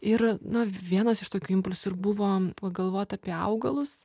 ir na vienas iš tokių impulsų ir buvo pagalvot apie augalus